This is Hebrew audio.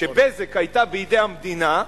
כש"בזק" היתה בידי המדינה,